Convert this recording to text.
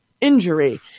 injury